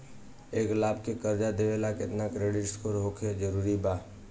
एक लाख के कर्जा लेवेला केतना क्रेडिट स्कोर होखल् जरूरी बा?